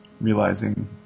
realizing